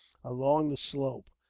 along the slope.